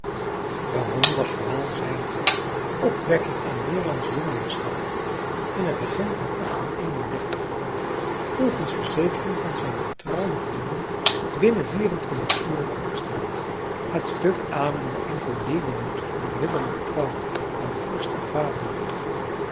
beroemd was vooral zijn opwekking aan neêrland's jongelingschap in het begin van volgens verzekering van zijn vertrouwde vrienden binnen vier en twintig uren opgesteld het stuk ademde enkel leeuwenmoed en ridderlijke trouw aan vorst en vaderland